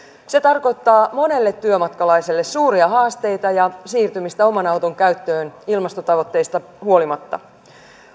se tarkoittaa monelle työmatkalaiselle suuria haasteita ja siirtymistä oman auton käyttöön ilmastotavoitteista huolimatta